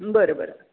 बरं बरं